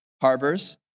harbors